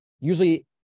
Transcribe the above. Usually